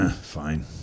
Fine